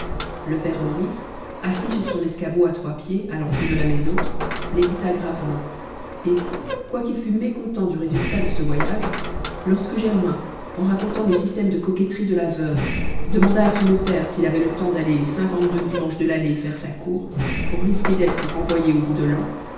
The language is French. le père maurice assis sur son escabeau à trois pieds à l'entrée de la maison l'écouta gravement et quoiqu'il fût mécontent du résultat de ce voyage lorsque germain en racontant le système de coquetterie de la veuve demanda à son beau-père s'il avait le temps d'aller les cinquante-deux dimanches de l'année faire sa cour pour risquer d'être renvoyé au bout de l'an